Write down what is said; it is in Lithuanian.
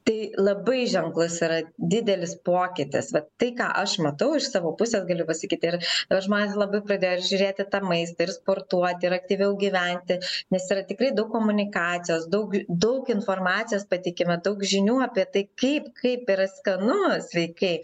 tai labai ženklus yra didelis pokytis tai ką aš matau iš savo pusės galiu pasakyti ir žmonės labai pradėjo žiūrėti tą maistą ir sportuoti ir aktyviau gyventi nes yra tikrai daug komunikacijos daug daug informacijos pateikiama daug žinių apie tai kaip kaip yra skanu sveikai